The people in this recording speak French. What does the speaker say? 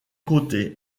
côté